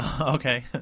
okay